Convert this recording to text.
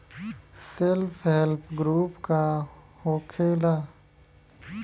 Self help group का होखेला?